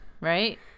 Right